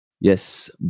Yes